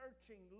searching